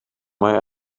mae